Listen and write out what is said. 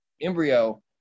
embryo